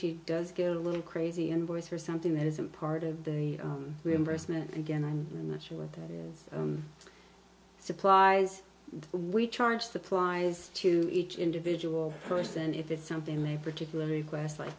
she does get a little crazy and voice for something that isn't part of the reimbursement again i'm not sure what supplies we charge the plies to each individual person if it's something they particularly quest like